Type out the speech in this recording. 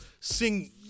sing